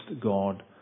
God